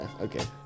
okay